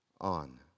on